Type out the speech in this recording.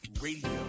Radio